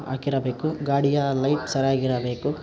ಹಾಕಿರಬೇಕು ಗಾಡಿಯ ಲೈಟ್ ಸರಿಯಾಗಿರಬೇಕು